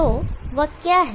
तो वह क्या है